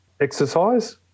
exercise